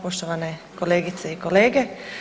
Poštovane kolegice i kolege.